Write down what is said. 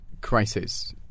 crisis